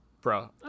Bro